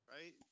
Right